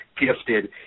gifted